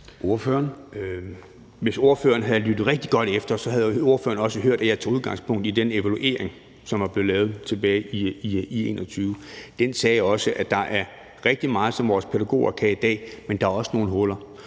Hvis ordføreren havde hørt rigtig godt efter, havde hun også hørt, at jeg tog udgangspunkt i den evaluering, som er blevet lavet tilbage i 2021. Den sagde også, at der er rigtig meget, som vores pædagoger kan i dag, men at der også er nogle huller.